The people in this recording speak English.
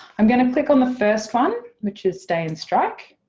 i'm gonna click on the first one which is stay-in strike'.